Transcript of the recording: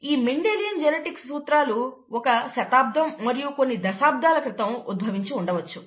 ఈ Mendelian genetics సూత్రాలు ఒక శతాబ్దం మరియు కొన్ని దశాబ్దాల క్రితం ఉద్భవించి ఉండవచ్చు